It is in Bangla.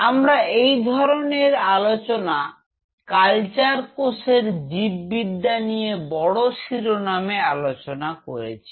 আমরা এই ধরনের আলোচনা কালচার কোষের জীব বিদ্যা নিয়ে বড় শিরোনামে আলোচনা করেছি